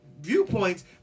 viewpoints